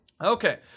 Okay